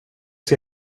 ska